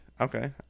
okay